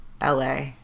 LA